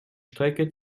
strecke